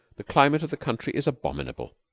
the climate of the country is abominable.